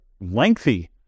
lengthy